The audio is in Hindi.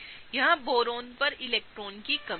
यहाँ बोरोन पर इलेक्ट्रॉन की कमी है